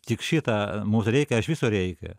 tik šitą mums reikia ar iš viso reikia